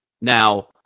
Now